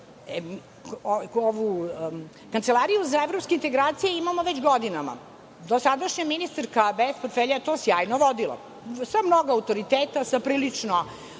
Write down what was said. ispunimo. Kancelariju za evropske integracije imamo već godinama. Dosadašnja ministarka bez portfelja je to sjajno vodila, sa mnogo autoriteta, sa priličnom